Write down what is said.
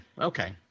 Okay